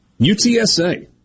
UTSA